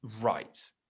right